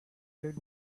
lid